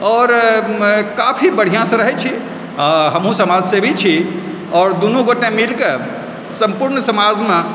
आओर काफी बढ़िआँसँ रहै छी हमहू समाजसेवी छी आओर दुनूगोटे मिलके सम्पुर्ण समाजमे